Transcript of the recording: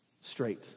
straight